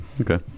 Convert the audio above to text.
Okay